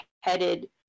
headed